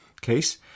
case